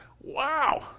Wow